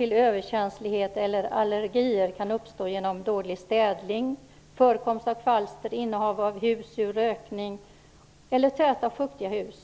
Överkänslighet eller allergier kan uppstå genom dålig städning, förekomst av kvalster, innehav av husdjur, rökning eller täta och fuktiga hus.